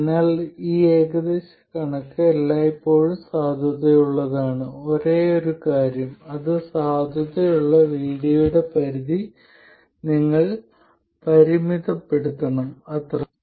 അതിനാൽ ഈ ഏകദേശ കണക്ക് എല്ലായ്പ്പോഴും സാധുതയുള്ളതാണ് ഒരേയൊരു കാര്യം അത് സാധുതയുള്ള VDയുടെ പരിധി നിങ്ങൾ പരിമിതപ്പെടുത്തണം അത്രമാത്രം